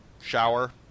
shower